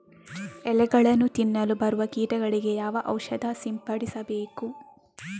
ಎಲೆಗಳನ್ನು ತಿನ್ನಲು ಬರುವ ಕೀಟಗಳಿಗೆ ಯಾವ ಔಷಧ ಸಿಂಪಡಿಸಬೇಕು?